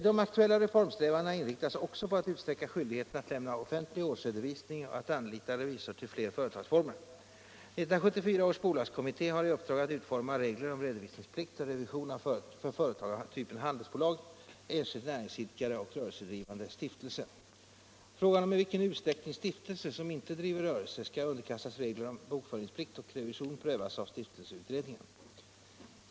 De aktuella reformsträvandena inriktas också på att utsträcka skyldigheten att lämna offentlig årsredovisning och att anlita revisor till fler företagsformer. 1974 års bolagskommitté har i uppdrag att utforma regler om redovisningsplikt och revision för företag av typen handelsbolag, enskild näringsidkare och rörelsedrivande stiftelse. Frågan om i vilken utsträckning stiftelse som inte driver rörelse skall underkastas regler om bokföringsplikt och revision prövas av stiftelseutredningen.